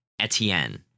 Etienne